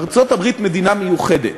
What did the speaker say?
ארצות-הברית היא מדינה מיוחדת,